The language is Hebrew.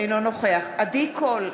אינו נוכח עדי קול,